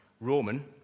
Roman